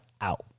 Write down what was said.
out